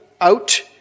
out